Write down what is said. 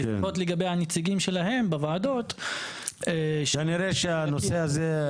לפחות לגבי הנציגים שלהם בוועדות --- כנראה שהנושא הזה,